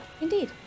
Indeed